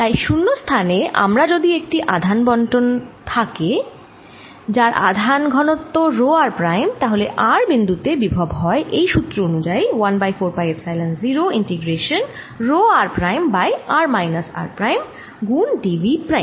তাই শুন্য স্থানে আমার যদি একটি আধান বন্টন থাকে যার আধান ঘনত্ব রো r প্রাইম তাহলে r বিন্দু তে বিভব হবে এই সুত্র অনুযায়ী 1 by 4 pi epsilon 0 integration rho r prime by r minus r prime গুণ dV প্রাইম